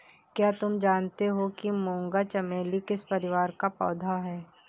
क्या तुम जानते हो कि मूंगा चमेली किस परिवार का पौधा है?